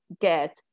get